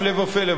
הפלא ופלא,